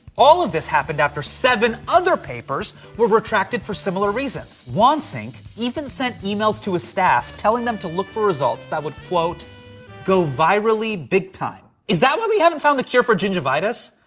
all of this happened after seven other papers were retracted for similar reasons. wansink even sent emails to his staff telling them to look for results that would quote go virally big time. is that why we haven't found the cure for gingivitis?